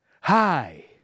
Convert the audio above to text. Hi